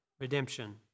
redemption